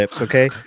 okay